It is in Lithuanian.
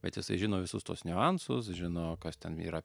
bet jisai žino visus tuos niuansus žino kas ten yra